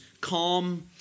calm